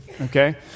Okay